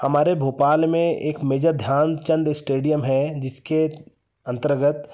हमारे भोपाल में एक मेजर ध्यानचंद स्टेडियम है जिसके अंतर्गत